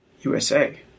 USA